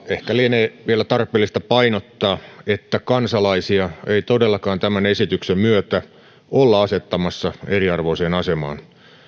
ehkä lienee vielä tarpeellista painottaa että kansalaisia ei todellakaan tämän esityksen myötä olla asettamassa eriarvoiseen asemaan